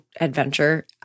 adventure